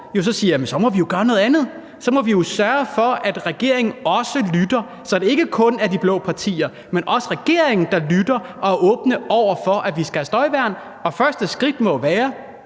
så siger: Jamen så må vi jo gøre noget andet; så må vi jo sørge for, at regeringen også lytter, så det ikke kun er de blå partier, men altså også regeringen, der lytter og er åbne over for, at vi skal have støjværn. Og første skridt må jo være,